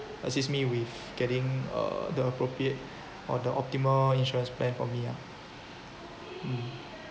assist me with getting uh the appropriate or the optimal insurance plan for me lah mm